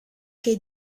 che